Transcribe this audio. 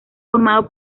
formado